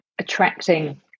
attracting